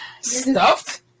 Stuffed